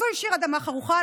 אז הוא השאיר אדמה חרוכה,